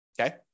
Okay